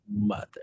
mother